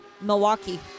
milwaukee